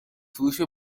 فروش